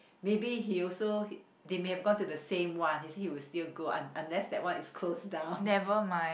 maybe he also they may have gone to the same one he say he will still go un~ unless that one is closed down